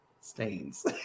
stains